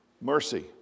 Mercy